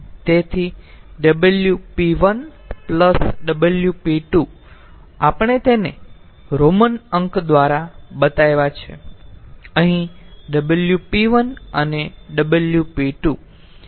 તેથી Wp1 Wp2 આપણે તેને રોમન અંક દ્વારા બતાવ્યા છે પછી Wp1 અને Wp2